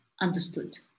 understood